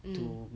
mm